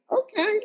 Okay